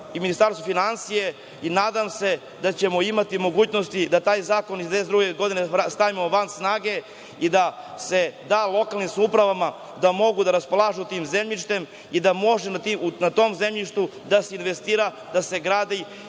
Ministarstvu finansija i nadam se da ćemo imati mogućnosti da taj zakon iz 1992. godine stavimo van snage i da se lokalnim samoupravama da da mogu da raspolažu tim zemljištem i da može na tom zemljištu da se investira i da se gradi,